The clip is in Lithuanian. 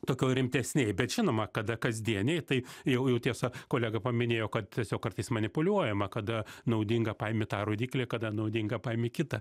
tokioj rimtesnėj bet žinoma kada kasdienėj tai jau jau tiesa kolega paminėjo kad tiesiog kartais manipuliuojama kada naudinga paimi tą rodiklį kada naudinga paimi kitą